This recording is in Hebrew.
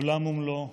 עולם ומלואו.